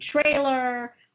trailer